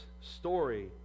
story